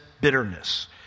bitterness